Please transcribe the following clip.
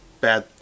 bad